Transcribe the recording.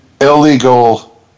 illegal